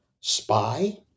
spy